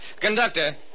Conductor